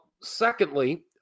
secondly